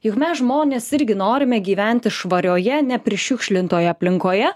juk mes žmonės irgi norime gyventi švarioje neprišiukšlintoje aplinkoje